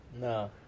No